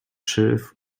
schilf